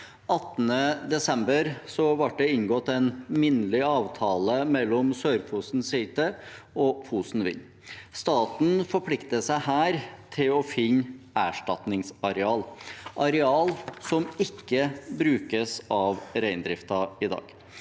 18. desember ble det inngått en minnelig avtale mellom Sør-Fosen sijte og Fosen Vind DA. Staten forplikter seg her til å finne erstatningsareal, areal som ikke brukes av reindriften i dag,